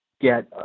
get